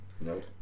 Nope